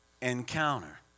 encounter